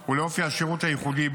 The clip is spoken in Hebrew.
התגמולים וההטבות לשנת 2025,